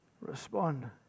respond